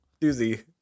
doozy